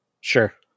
Sure